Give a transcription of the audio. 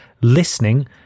listening